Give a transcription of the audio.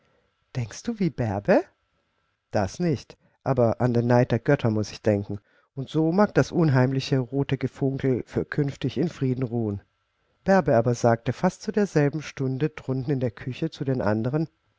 denkst du wie bärbe das nicht aber an den neid der götter muß ich denken und so mag das unheimliche rote gefunkel für künftig in frieden ruhen bärbe aber sagte fast zu derselben stunde drunten in der küche zu den anderen